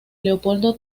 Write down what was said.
leopoldo